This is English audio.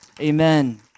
Amen